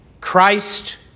Christ